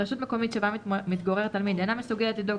רשות מקומית שבה מתגורר תלמיד אינה מסוגלת לדאוג